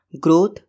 Growth